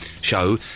show